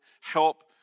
help